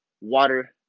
water